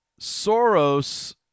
Soros